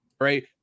right